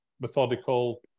methodical